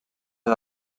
les